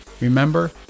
Remember